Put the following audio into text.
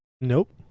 Nope